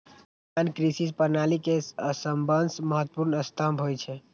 किसान कृषि प्रणाली के सबसं महत्वपूर्ण स्तंभ होइ छै